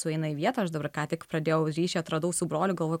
sueina į vietą aš dabar ką tik pradėjau ryšį atradau su broliu galvoju